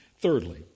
Thirdly